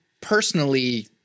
personally